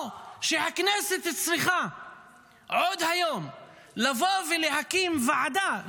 או שהכנסת צריכה עוד היום לבוא ולהקים ועדה,